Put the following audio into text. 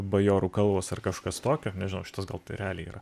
bajorų kalvos ar kažkas tokio nežinau šitas gal tai realiai yra